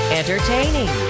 entertaining